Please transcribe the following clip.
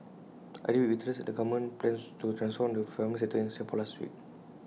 I read with interest the government plans to transform the farming sector in Singapore last week